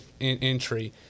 entry